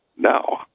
No